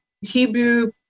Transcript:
Hebrew